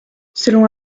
selon